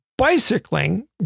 Bicycling